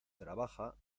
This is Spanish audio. trabaja